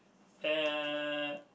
and